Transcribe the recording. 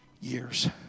years